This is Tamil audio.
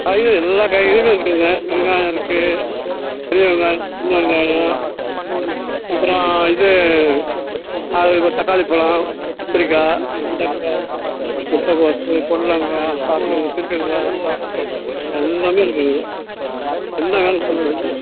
காய்கறி எல்லா காய்கறியும் இருக்குதுங்க வெங்காயம் இருக்குது பெரிய வெங்காயம் சின்ன வெங்காயம் அப்புறம் இது அது தக்காளிப்பழம் கத்திரிக்காய் வெண்டைக்கா முட்டைக்கோஸ்ஸு புடலங்கா பாக்கு பீர்க்கங்காய் எல்லாமே இருக்குதுங்க இங்கே என்ன வேணும் சொல்லுங்கள்